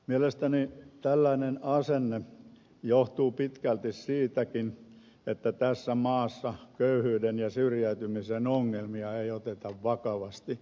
mielestäni tällainen asenne johtuu pitkälti siitäkin että tässä maassa köyhyyden ja syrjäytymisen ongelmia ei oteta vakavasti